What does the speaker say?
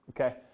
okay